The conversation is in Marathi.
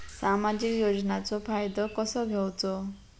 सामाजिक योजनांचो फायदो कसो घेवचो?